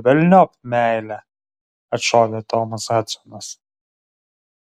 velniop meilę atšovė tomas hadsonas